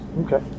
okay